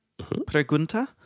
pregunta